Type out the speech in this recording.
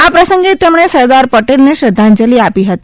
આ પ્રસંગે તેમણે સરદાર પટેલને શ્રધ્ધાંજલિ આપી હતી